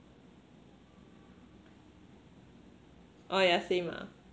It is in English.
oh yeah same ah